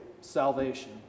salvation